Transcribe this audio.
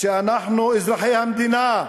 שאנחנו אזרחי המדינה,